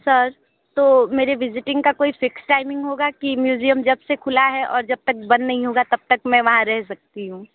sir तो मेरे visiting का कोई फ़िक्स टाइमिंग होगा की म्यूज़ियम जब से खुला है और जब तक बंद नहीं होगा तब तक मैं वहां रह सकती हूँ